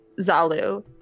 Zalu